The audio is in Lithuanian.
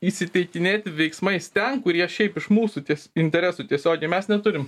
įsiteikinėti veiksmais ten kurie šiaip iš mūsų ties interesų tiesiogiai mes neturim